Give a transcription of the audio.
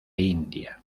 india